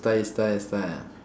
style style style